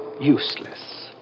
useless